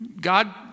God